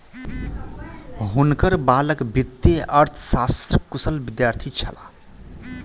हुनकर बालक वित्तीय अर्थशास्त्रक कुशल विद्यार्थी छलाह